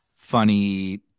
Funny